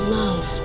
love